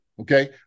Okay